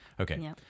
Okay